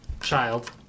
Child